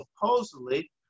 supposedly